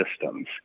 systems